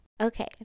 okay